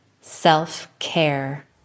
Self-care